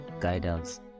guidance